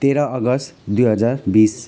तेह्र अगस्ट दुई हजार बिस